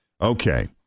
Okay